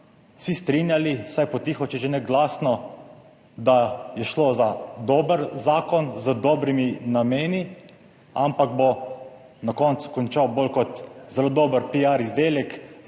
vsi strinjali, vsaj po tiho, če že ne glasno, da je šlo za dober zakon z dobrimi nameni, ampak bo na koncu končal bolj kot zelo dober piar izdelek